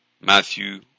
Matthew